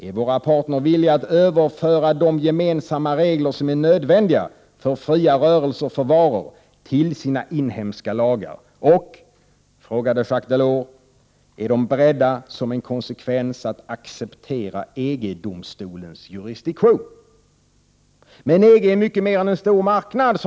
Är våra partner villiga att överföra de gemensamma regler som är nödvändiga för fria rörelser för varor till sina inhemska lagar och, som en konsekvens, acceptera EG-domstolens jurisdiktion?” Jacques Delors sade också: ”Men EG är mycket mer än en stor marknad.